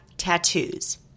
tattoos